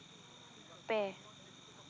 ᱯᱮ